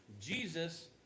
Jesus